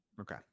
Okay